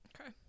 Okay